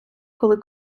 коли